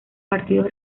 partidos